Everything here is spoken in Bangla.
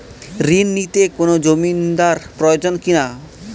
ঋণ নিতে কোনো জমিন্দার প্রয়োজন কি না?